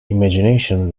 imagination